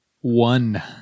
One